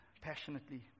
passionately